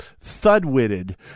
thud-witted